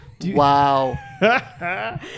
Wow